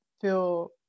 feel